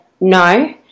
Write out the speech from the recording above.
no